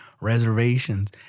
reservations